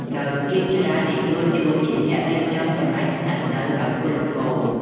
ដោយភាគច្រើន និយោជកជាអ្នករៀបចំកន្លែងស្នាក់នៅឱ្យពលករ ។